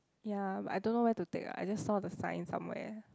ya but I don't know where to take ah I just saw the sign somewhere